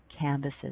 canvases